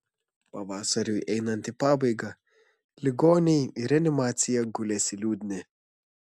pavasariui einant į pabaigą ligoniai į reanimaciją gulėsi liūdni